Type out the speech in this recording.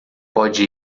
pode